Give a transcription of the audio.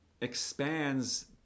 expands